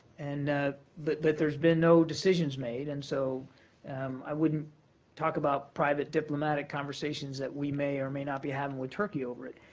and but but there's been no decisions made, and so um i wouldn't talk about private diplomatic conversations that we may or may not be having with turkey over it.